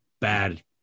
bad